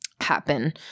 happen